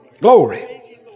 Glory